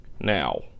Now